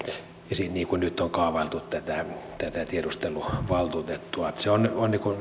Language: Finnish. niin kuin nyt on kaavailtu tätä tätä tiedusteluvaltuutettua se on